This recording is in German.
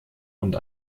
und